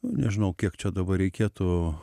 nu nežinau kiek čia dabar reikėtų